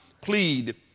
Plead